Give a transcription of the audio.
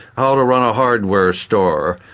how to run a hardware store,